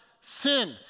sin